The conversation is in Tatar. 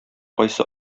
кайсы